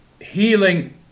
Healing